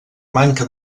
manca